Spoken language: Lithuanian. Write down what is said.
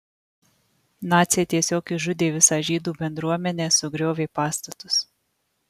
naciai tiesiog išžudė visą žydų bendruomenę sugriovė pastatus